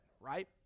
right